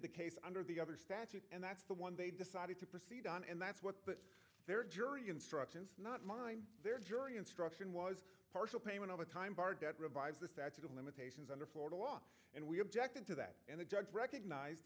the case under the other statute and that's the one they decided to proceed on and that's what their jury instructions not mine their jury instruction was partial payment all the time barred that revives the statute of limitations under florida law and we objected to that and the judge recognize